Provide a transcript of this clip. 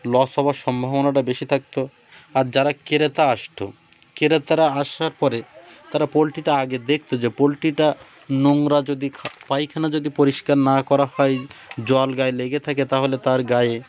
loss হওয়ার সম্ভাবনাটা বেশি থাকতো আর যারা ক্রেতা আসতো ক্রেতারা আসার পরে তারা পোলট্রিটা আগে দেখতো যে পোল্ট্রিটা নোংরা যদি পায়খানা যদি পরিষ্কার না করা হয় জল গায়ে লেগে থাকে তাহলে তার গায়ে